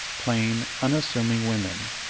plain, unassuming women,